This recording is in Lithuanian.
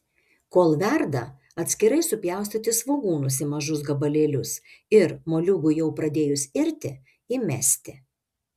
kol verda atskirai supjaustyti svogūnus į mažus gabalėlius ir moliūgui jau pradėjus irti įmesti